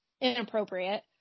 inappropriate